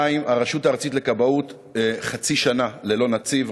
2. הרשות הארצית לכבאות, חצי שנה ללא נציב.